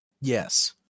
Yes